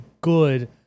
good